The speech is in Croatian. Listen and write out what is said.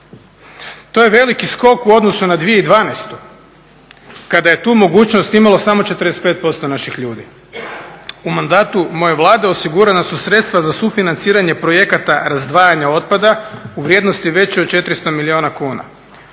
To je veliki skok u odnosu na 2012. kada je tu mogućnost imalo samo 45% naših ljudi. U mandatu moje Vlade osigurana su sredstva za sufinanciranje projekata razdvajanja otpada u vrijednosti većoj od 400 milijuna kuna.